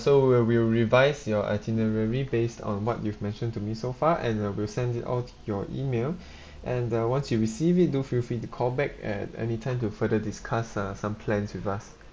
so we will revise your itinerary based on what you've mentioned to me so far and I will send it all to your email and uh once you receive it do feel free to call back at anytime to further discuss uh some plans with us